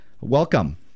Welcome